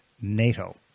NATO